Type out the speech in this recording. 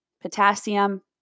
potassium